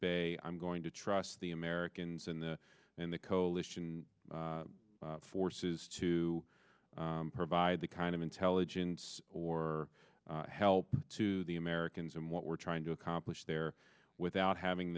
bay i'm going to trust the americans and the and the coalition forces to provide the kind of intelligence or help to the americans and what we're trying to accomplish there without having